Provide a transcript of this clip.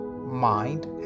mind